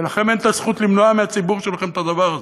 ולכם אין הזכות למנוע מהציבור שלכם את הדבר הזה.